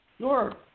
Sure